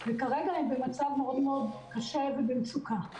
וכרגע הם במצב מאוד מאוד קשה ובמצוקה.